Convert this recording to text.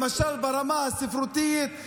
למשל ברמה הספרותית,